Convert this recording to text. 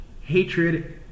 hatred